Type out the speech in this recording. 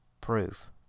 proof